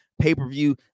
pay-per-view